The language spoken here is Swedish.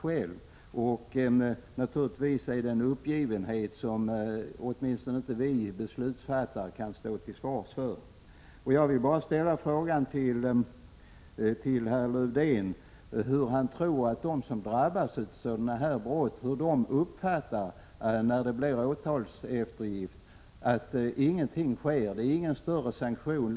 Detta visar på en uppgivenhet som åtminstone vi beslutsfattare inte kan stå till svars för. Jag vill fråga herr Lövdén hur han tror att de som drabbas av sådana brott uppfattar situationen när det blir åtalseftergift och ingenting sker. Det finns ingen större sanktion.